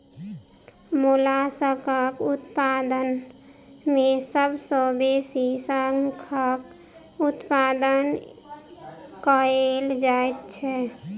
मोलास्कक उत्पादन मे सभ सॅ बेसी शंखक उत्पादन कएल जाइत छै